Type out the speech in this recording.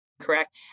Correct